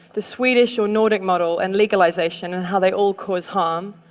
the swedish or nordic model and legalization, and how they all cause harm.